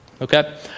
Okay